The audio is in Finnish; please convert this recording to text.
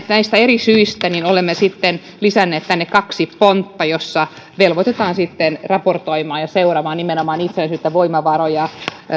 näistä eri syistä olemme sitten lisänneet tänne kaksi pontta joissa velvoitetaan raportoimaan ja seuraamaan nimenomaan itsenäisyyttä voimavaroja